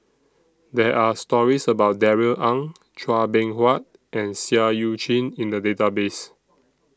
There Are stories about Darrell Ang Chua Beng Huat and Seah EU Chin in The Database